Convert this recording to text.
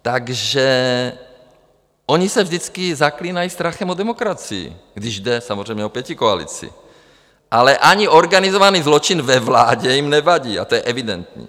Takže oni se vždycky zaklínají strachem o demokracii, když jde samozřejmě o pětikoalici, ale ani organizovaný zločin ve vládě jim nevadí, to je evidentní.